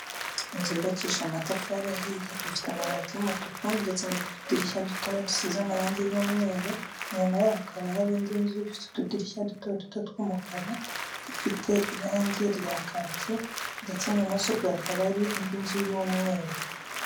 Inzu yubakisha amatafari ahiye ifite amabati y'umutuku ndetse n'utudirishya dutoya dusize amarangi y'umweru inyuma yaho hakaba hari indi nzu ifite utudirishya duto duto tw'umukara ifite irangi rya kaki ndetse n'ibumoso bwa hakaba ari indi nzu y'umweru.